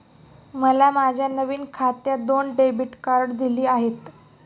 मला माझ्या नवीन खात्यात दोन डेबिट कार्डे दिली आहेत